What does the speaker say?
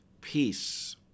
peace